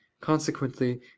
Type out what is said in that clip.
consequently